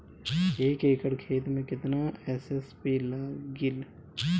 एक एकड़ खेत मे कितना एस.एस.पी लागिल?